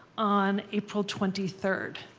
on april twenty third.